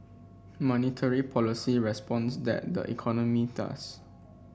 monetary policy responds that the economy does